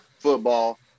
football